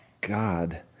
God